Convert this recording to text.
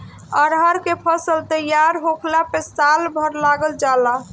अरहर के फसल तईयार होखला में साल भर लाग जाला